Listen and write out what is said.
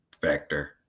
factor